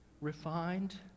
refined